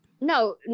No